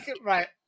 right